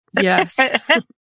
Yes